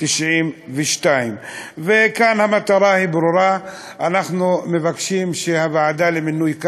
1992. כאן המטרה היא ברורה: אנחנו מבקשים שהוועדה למינוי קאדים,